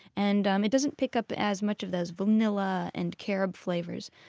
and um it doesn't pick up as much of those vanilla and carob flavors.